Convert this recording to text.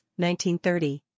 1930